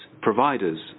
providers